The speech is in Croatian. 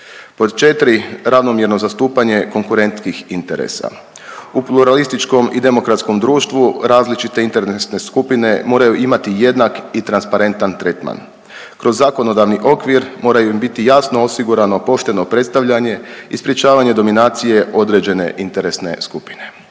Pod 4, ravnomjerno zastupanje konkurentnih interesa. U pluralističkom i demokratskom društvu, različite interesne skupine moraju imati jednak i transparentan tretman. Kroz zakonodavni okvir moraju im biti jasno osigurano pošteno predstavljanje i sprječavanje dominacije određene interesne skupine.